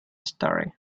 story